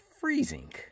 freezing